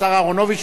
השר אהרונוביץ,